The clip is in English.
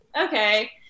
Okay